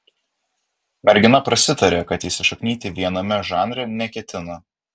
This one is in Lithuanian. mergina prasitarė kad įsišaknyti viename žanre neketina